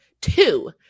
Two